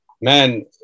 man